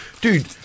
dude